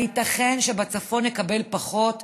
הייתכן שבצפון נקבל פחות?